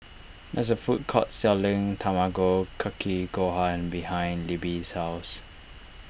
there is a food court selling Tamago Kake Gohan behind Libby's house